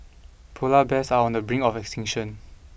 polar bears are on the brink of extinction